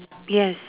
yes